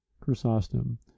Chrysostom